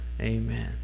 Amen